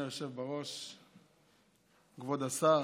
אדוני היושב בראש, כבוד השר,